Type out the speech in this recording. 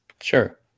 Sure